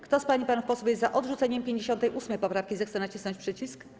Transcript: Kto z pań i panów posłów jest za odrzuceniem 58. poprawki, zechce nacisnąć przycisk.